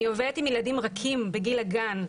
אני עובדת עם ילדים רכים בגיל הגן.